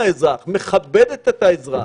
גישה שמכבדת את האזרח,